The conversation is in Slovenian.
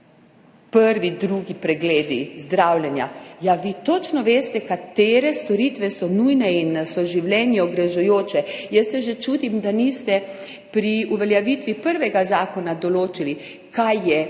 prvi, drugi pregledi zdravljenja. Ja, vi točno veste, katere storitve so nujne in so življenje ogrožajoče. Jaz se čudim, da niste že pri uveljavitvi prvega zakona določili, kaj je treba